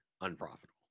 unprofitable